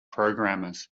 programmers